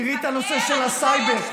לבקר?